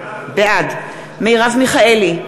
בעד מרב מיכאלי,